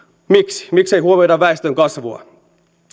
miksi miksei huomioida väestönkasvua